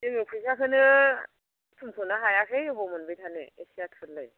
जोङो फैसाखौनो बुथुमख'नो हायाखै अबाव मोनबाय थानो एसे आथुरलाय